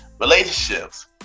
relationships